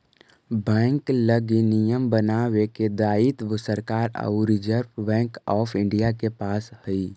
bank लगी नियम बनावे के दायित्व सरकार आउ रिजर्व बैंक ऑफ इंडिया के पास हइ